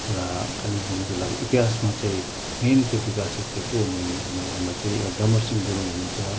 एउटा कालिम्पोङ जिल्लाको इतिहासमा चाहिँ मेन चाहिँ विकास छेत्री को हुनु हुन्थ्यो भन्दा चाहिँ यो डम्बर सिंह गुरुङ हुनु हुन्छ